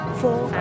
four